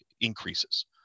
increases